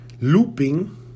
looping